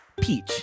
peach